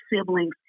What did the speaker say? siblings